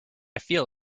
feel